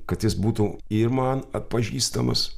kad jis būtų ir man atpažįstamas